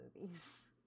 movies